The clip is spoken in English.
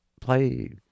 play